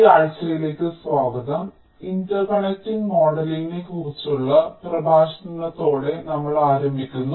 ഈ ആഴ്ചയിലേക്ക് സ്വാഗതം ഇന്റർകണക്റ്റിംഗ് മോഡലിംഗിനെക്കുറിച്ചുള്ള പ്രഭാഷണത്തോടെ നമ്മൾ ആരംഭിക്കുന്നു